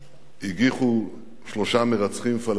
הגיחו שלושה מרצחים פלסטינים